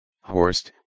Horst